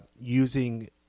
using